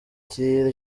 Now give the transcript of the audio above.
arakira